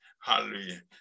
Hallelujah